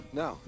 no